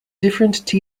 different